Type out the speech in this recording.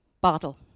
bottle